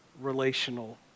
relational